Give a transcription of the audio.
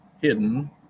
hidden